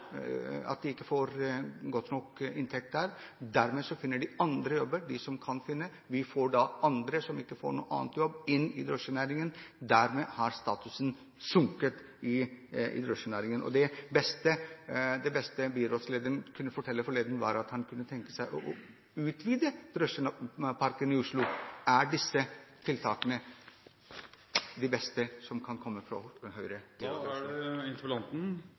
jobber, de som kan det. Vi får andre, som ikke får noen annen jobb, inn i drosjenæringen – dermed har statusen sunket i drosjenæringen. Det beste byrådslederen kunne fortelle forleden, var at han kunne tenke seg å utvide drosjeparken i Oslo. Er disse tiltakene de beste som kan komme fra Oslo Høyre? Til foregående taler vil jeg si: Stortingsrepresentant Chaudhry må jo kjenne til arbeidsdelingen mellom stat og kommune og vite at det er